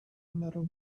metal